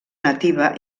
nativa